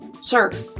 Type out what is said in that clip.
Sir